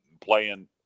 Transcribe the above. playing